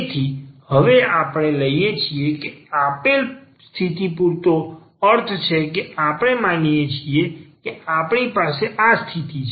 તેથી અહીં આપણે લઈએ છીએ કે આપેલ સ્થિતિ પૂરતો અર્થ છે કે આપણે માનીએ છીએ કે આપણી પાસે આ સ્થિતિ છે